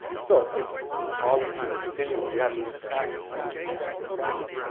so it's all the time, continual, you have to practice, practice, practice, practice.